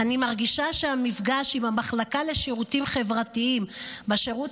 "אני מרגישה שהמפגש עם המחלקה לשירותים חברתיים בשירות